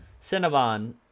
Cinnabon